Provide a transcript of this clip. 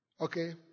Okay